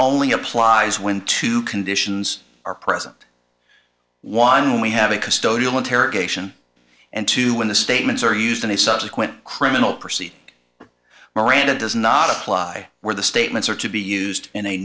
only applies when two conditions are present one we have a custodial interrogation and two when the statements are used in a subsequent criminal proceeding miranda does not apply where the statements are to be used in a